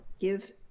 give